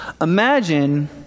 Imagine